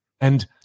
And-